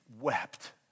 wept